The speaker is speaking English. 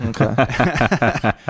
Okay